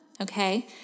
okay